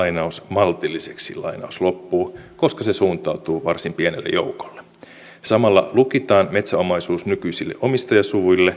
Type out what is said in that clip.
maltilliseksi koska se suuntautuu varsin pienelle joukolle samalla lukitaan metsäomaisuus nykyisille omistajasuvuille